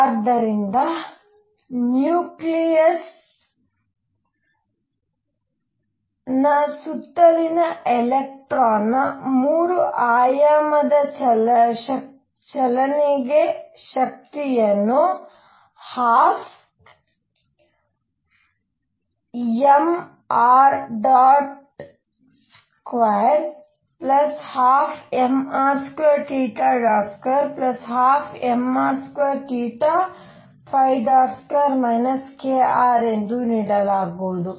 ಆದ್ದರಿಂದ ನ್ಯೂಕ್ಲಿಯಸ್ನ ಸುತ್ತಲಿನ ಎಲೆಕ್ಟ್ರಾನ್ನ 3 ಆಯಾಮದ ಚಲನೆಗೆ ಶಕ್ತಿಯನ್ನು 12mr212mr2212mr22 krಎಂದು ನೀಡಲಾಗುವುದು